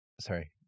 Sorry